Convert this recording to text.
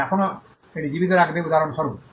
তারা এখনও এটি জীবিত রাখবে উদাহরণস্বরূপ